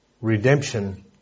redemption